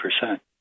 percent